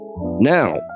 Now